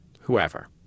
whoever